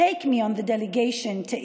חבריי חברי הכנסת,